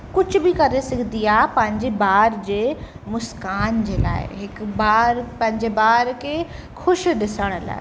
कुझु बि करे सघंदी आहे पंहिंजे बार जे मुस्कान जे लाइ हिकु बार पंहिंजे बार खे ख़ुशि ॾिसण लाइ